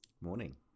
Morning